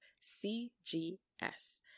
C-G-S